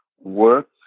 work